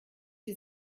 sie